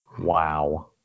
Wow